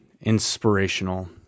inspirational